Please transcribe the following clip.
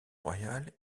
royal